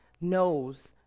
knows